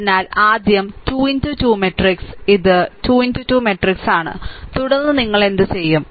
അതിനാൽ ആദ്യം 2 2 മാട്രിക്സ് ഇത് 2 2 മാട്രിക്സ് ആണ് തുടർന്ന് നിങ്ങൾ എന്തു ചെയ്യും